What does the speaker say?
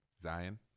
Zion